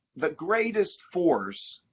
but greatest force,